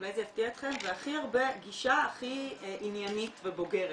אולי זה יפתיע אתכם ועם גישה הכי עניינית ובוגרת.